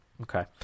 okay